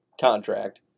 contract